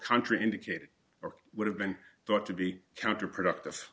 country indicated or would have been thought to be counterproductive